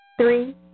Three